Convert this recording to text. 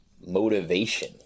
motivation